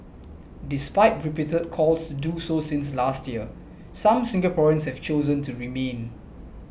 despite repeated calls to do so since last year some Singaporeans have chosen to remain